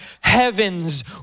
heavens